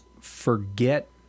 forget